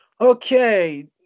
Okay